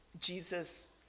Jesus